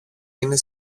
είναι